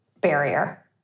barrier